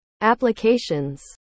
applications